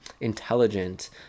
intelligent